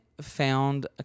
found